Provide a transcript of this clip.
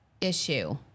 issue